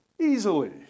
Easily